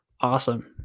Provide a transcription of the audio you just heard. awesome